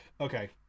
Okay